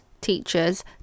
teachers